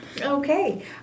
Okay